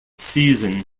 season